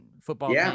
football